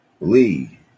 Lee